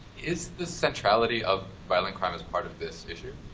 is the centrality of violent crime as part of this issue.